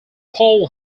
paul